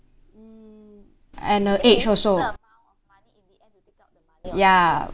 mm and the age also ya